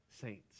saints